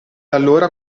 allora